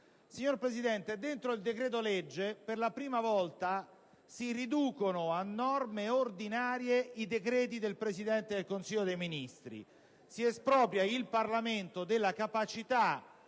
LUSI). All'interno del decreto-legge, per le prima volta, si riconducono a norme primarie i decreti del Presidente del Consiglio dei ministri. Si espropria il Parlamento della capacità